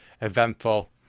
eventful